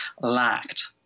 lacked